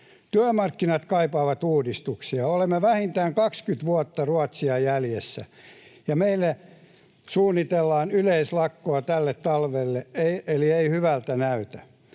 Työmarkkinat kaipaavat uudistuksia. Olemme vähintään 20 vuotta Ruotsia jäljessä. Ja meille suunnitellaan yleislakkoa tälle talvelle, eli ei hyvältä näytä.